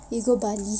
we go bali